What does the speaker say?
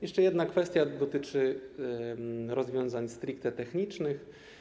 Jeszcze jedna kwestia dotyczy rozwiązań stricte technicznych.